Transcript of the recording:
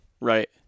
Right